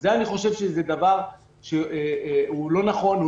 אני חושב שזה דבר לא נכון,